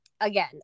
again